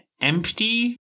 empty